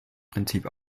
prinzip